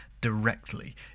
directly